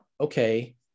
okay